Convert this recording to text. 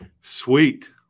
Sweet